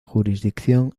jurisdicción